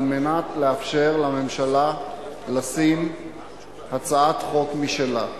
על מנת לאפשר לממשלה לשים הצעת חוק משלה.